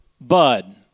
Bud